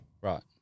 Right